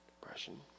Depression